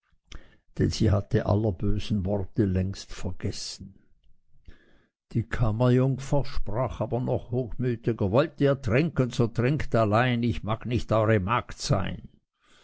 denn sie hatte aller bösen worte längst vergessen die kammerjungfer sprach aber noch hochmütiger wollt ihr trinken so trinkt allein ich mag nicht eure magd sein